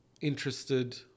interested